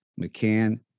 McCann